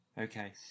Okay